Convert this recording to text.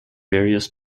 various